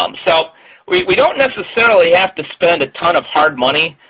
um so we we don't necessarily have to spend a ton of hard money,